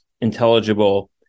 intelligible